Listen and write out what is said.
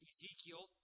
Ezekiel